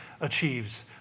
achieves